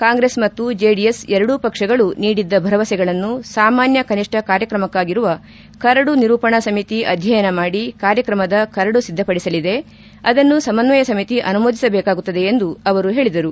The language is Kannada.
ಕಾಂಗ್ರೆಸ್ ಮತ್ತು ಜೆಡಿಎಸ್ ಎರಡೂ ಪಕ್ಷಗಳು ನೀಡಿದ್ದ ಭರವಸೆಗಳನ್ನು ಸಾಮಾನ್ದ ಕನಿಷ್ಟ ಕಾರ್ಯಕ್ರಮಕ್ಷಾಗಿರುವ ಕರಡು ನಿರೂಪಣಾ ಸಮಿತಿ ಅಧ್ವಯನ ಮಾಡಿ ಕಾರ್ಯಕ್ರಮದ ಕರಡು ಸಿದ್ದಪಡಿಸಲಿದೆ ಅದನ್ನು ಸಮನ್ವಯ ಸಮಿತಿ ಅನುಮೋದಿಸಬೇಕಾಗುತ್ತದೆ ಎಂದು ಅವರು ಹೇಳಿದರು